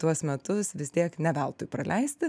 tuos metus vis tiek ne veltui praleisti